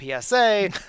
PSA